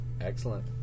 Excellent